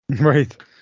Right